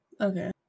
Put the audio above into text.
Okay